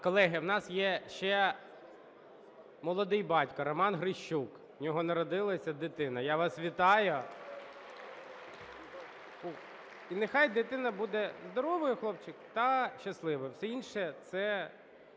Колеги, у нас є ще молодий батько Роман Грищук, у нього народилася дитина. Я вас вітаю! І нехай дитина буде здоровою, хлопчик, та щасливою. Все інше – це